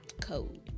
code